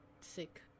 Sick